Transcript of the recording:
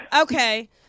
Okay